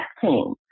team